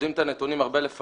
יודעים את הנתונים הרבה לפנינו,